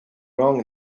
wrong